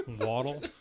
Waddle